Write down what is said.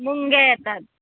मुंग्या येतात